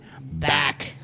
back